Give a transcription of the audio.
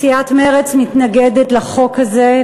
סיעת מרצ מתנגדת לחוק הזה,